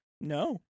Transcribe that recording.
No